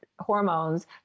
hormones